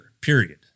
Period